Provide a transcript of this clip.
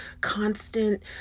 constant